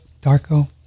Darko